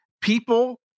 people